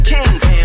Kings